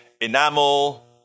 enamel